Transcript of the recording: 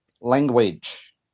language